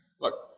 look